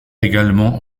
également